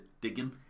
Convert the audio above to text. digging